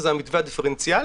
שזה המתווה הדיפרנציאלי.